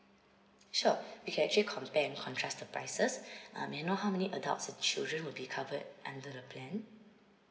sure we can actually compare and contrast the prices um may I know how many adults and children will be covered under the plan